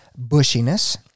bushiness